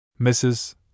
Mrs